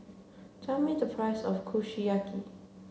tell me the price of Kushiyaki